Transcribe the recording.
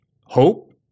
hope